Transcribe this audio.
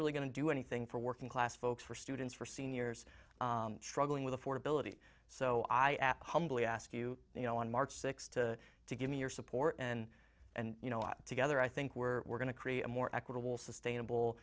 really going to do anything for working class folks for students for seniors struggling with affordability so i humbly ask you you know on march sixth to to give me your support and and you know i together i think we're going to create a more equitable sustainable